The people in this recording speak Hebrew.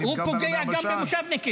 אני --- הוא פוגע גם במושבניקים.